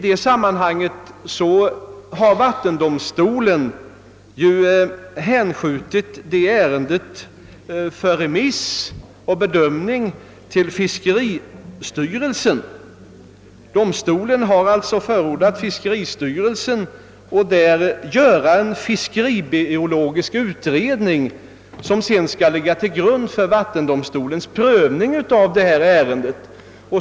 Denna har anmodat fiskeristyrelsen att göra en fiskeribiologisk utredning, som sedan skall ligga till grund för vattendomstolens prövning.